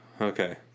okay